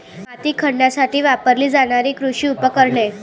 माती खणण्यासाठी वापरली जाणारी कृषी उपकरणे